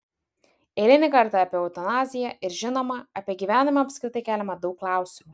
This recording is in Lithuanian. eilinį kartą apie eutanaziją ir žinoma apie gyvenimą apskritai keliama daug klausimų